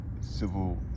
civil